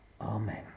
Amen